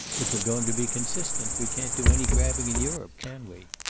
if we're going to be consistent, we can't do any grabbing in europe, can we?